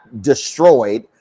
destroyed